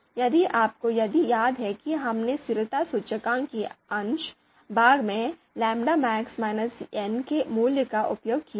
यदि आपको याद है कि हमने स्थिरता सूचकांक के अंश भाग में λmax n के मूल्य का उपयोग किया है